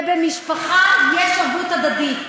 ובמשפחה יש ערבות הדדית,